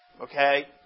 Okay